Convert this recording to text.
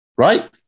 Right